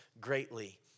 greatly